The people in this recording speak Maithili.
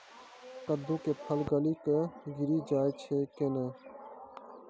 कददु के फल गली कऽ गिरी जाय छै कैने?